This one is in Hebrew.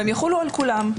והן יחולו על כולם.